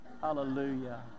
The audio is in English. Hallelujah